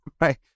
right